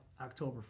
October